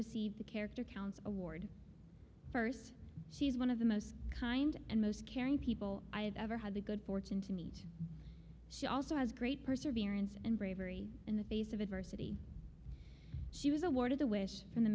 receive the character counts award first she is one of the most kind and most caring people i have ever had the good fortune to meet she also has great perseverance and bravery in the face of adversity she was awarded the wish